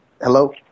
Hello